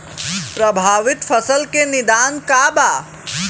प्रभावित फसल के निदान का बा?